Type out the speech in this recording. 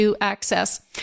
access